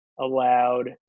allowed